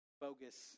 bogus